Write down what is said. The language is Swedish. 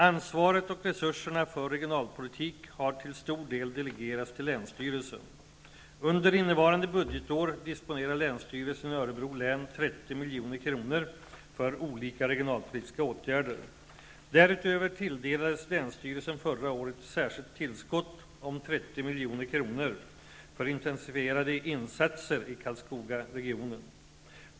Ansvaret och resurserna för regionalpolitik har till stor del delegerats till länsstyrelsen. Under innevarande budgetår disponerar länsstyrelsen i Örebro län 30 milj.kr. för olika regionalpolitiska åtgärder. Därutöver tilldelades länsstyrelsen förra året ett särskilt tillskott om 30 milj.kr. för intensifierade insatser i Karlskogaregionen.